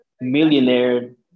millionaire